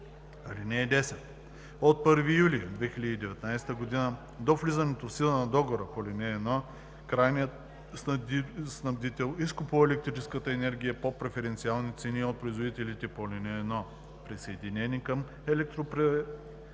(10) От 1 юли 2019 г. до влизането в сила на договора по ал. 1 крайният снабдител изкупува електрическа енергия по преференциални цени от производители по ал. 1, присъединени към електроразпределителната